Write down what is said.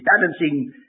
balancing